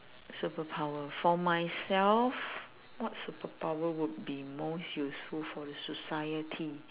superpower for myself what superpower would be most useful for the society